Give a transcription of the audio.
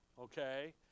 okay